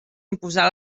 imposar